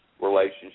relationship